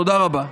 תודה רבה.